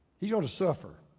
he's going to suffer.